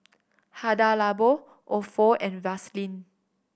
Hada Labo Ofo and Vaseline